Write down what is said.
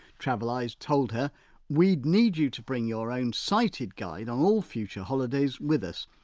traveleyes told her we'd need you to bring your own sighted guide on all future holidays with us,